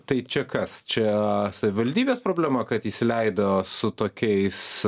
tai čia kas čia savivaldybės problema kad įsileido su tokiais